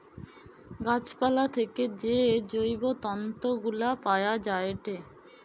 গাছ পালা থেকে যে জৈব তন্তু গুলা পায়া যায়েটে